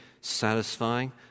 satisfying